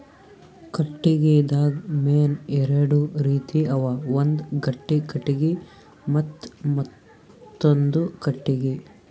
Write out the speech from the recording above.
ಕಟ್ಟಿಗಿದಾಗ್ ಮೇನ್ ಎರಡು ರೀತಿ ಅವ ಒಂದ್ ಗಟ್ಟಿ ಕಟ್ಟಿಗಿ ಮತ್ತ್ ಮೆತ್ತಾಂದು ಕಟ್ಟಿಗಿ